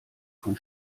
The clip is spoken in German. von